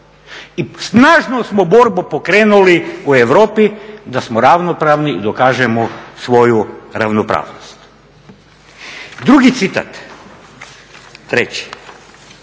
I snažnu smo borbu pokrenuli u Europi da smo ravnopravni i dokažemo svoju ravnopravnost. Drugi citat. Treći.